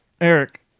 eric